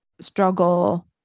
struggle